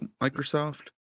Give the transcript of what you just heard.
Microsoft